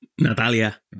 Natalia